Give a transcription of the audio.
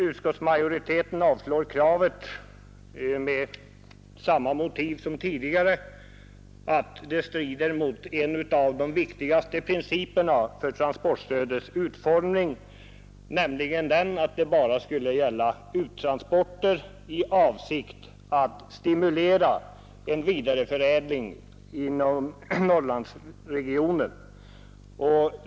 Utskottsmajoriteten avstyrker kravet med samma motivering som tidigare; det strider mot en av de viktigaste principerna för transportstödets utformning, nämligen att det bara skulle gälla uttransporter i avsikt att stimulera en vidareförädling inom Norrlandsregionen.